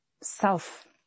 self